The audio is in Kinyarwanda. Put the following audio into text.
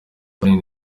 arinda